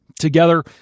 Together